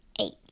Eight